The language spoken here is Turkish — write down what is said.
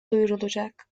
duyurulacak